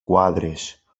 quadres